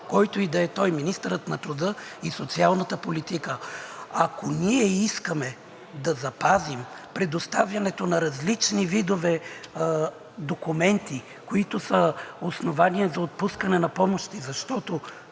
който и да е той, министърът на труда и социалната политика. Ако ние искаме да запазим предоставянето на различни видове документи, които са основание за отпускане на помощи, защото